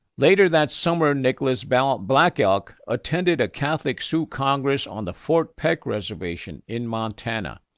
later that summer, nicholas but um black elk attended a catholic sioux congress on the fort peck reservation in montana.